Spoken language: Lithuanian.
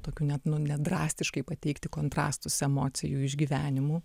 tokių net net drastiškai pateikti kontrastus emocijų išgyvenimų